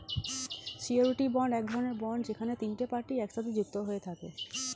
surety bond এক রকমের bond যেখানে তিনটে পার্টি একসাথে যুক্ত হয়ে থাকে